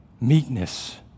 Meekness